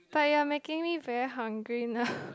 but you're making me very hungry now